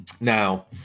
Now